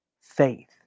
faith